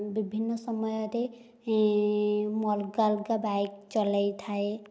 ବିଭିନ୍ନ ସମୟରେ ମୁଁ ଅଲଗା ଅଲଗା ବାଇକ୍ ଚଲେଇ ଥାଏ